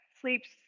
sleeps